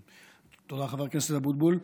תודה, חבר הכנסת אבוטבול.